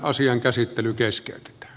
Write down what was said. asian käsittely keskeytetään